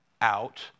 out